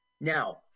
Now